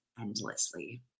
endlessly